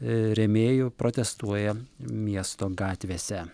rėmėjų protestuoja miesto gatvėse